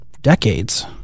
decades